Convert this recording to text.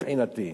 מבחינתי.